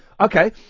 Okay